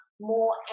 more